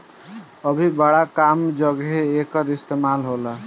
अभी बड़ा कम जघे एकर इस्तेमाल होला